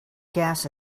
gas